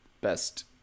Best